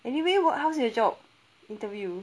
anyway what how's your job interview